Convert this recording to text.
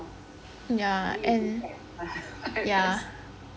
then you go back the virus